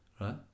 right